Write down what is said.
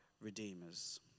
redeemers